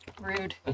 Rude